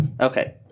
Okay